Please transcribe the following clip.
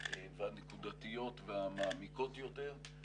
נקודתיות ומעמיקות יותר.